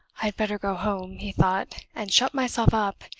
i'd better go home, he thought, and shut myself up,